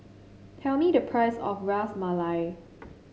tell me the price of Ras Malai